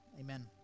Amen